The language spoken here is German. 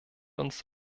uns